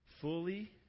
Fully